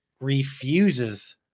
refuses